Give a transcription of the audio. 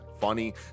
Funny